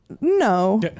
No